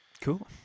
Cool